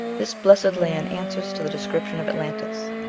this blessed land answers to the description of atlantis.